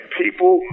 people